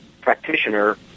practitioner